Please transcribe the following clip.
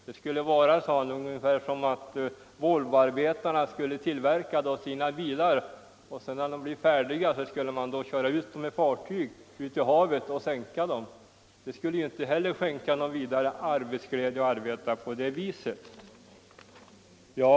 Det skulle vara, sade han, ungefär som att Volvoarbetarna skulle tillverka sina bilar och när de blir färdiga skulle man ta dem med fartyg ut till havs och sänka dem. Det skulle inte heller skänka någon vidare arbetsglädje att arbeta på det viset.